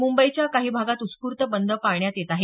मुंबईच्या काही भागात उस्फूर्त बंद पाळण्यात येत आहे